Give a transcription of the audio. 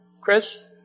Chris